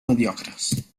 mediocres